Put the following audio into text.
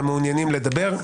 המעוניינים לדבר,